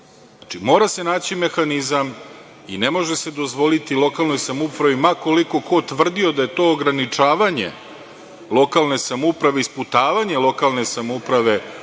Mora se naći mehanizam i ne može se dozvoliti lokalnoj samoupravi, ma koliko ko tvrdio da je to ograničavanje lokalne samouprave i sputavanje lokalne samouprave